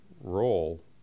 role